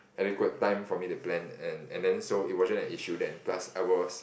adequate time for me to plan and and then so it wasn't an issue then plus I was